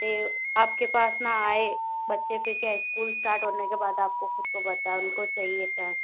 से आपके पास ना आए बच्चे फिर क्या स्कूल स्टार्ट होने के बाद आपको खुद को बताओ उनको चाहिए था